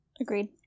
Agreed